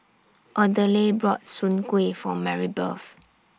Odile bought Soon Kueh For Marybeth